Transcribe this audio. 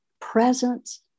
presence